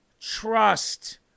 Trust